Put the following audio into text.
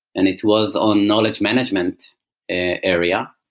and it was on knowledge management and area.